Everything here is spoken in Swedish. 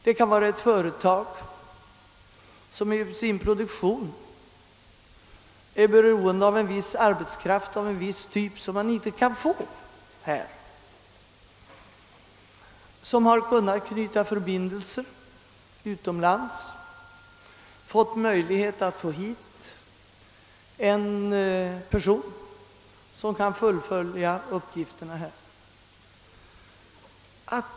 Det kan gälla ett företag som för sin produktion är beroende av arbetskraft av en viss typ som inte står att få här i landet och som genom att knyta förbindelser utomlands fått möjlighet att ta hit en person som kan fullgöra ifrågavarande arbetsuppgift.